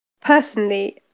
personally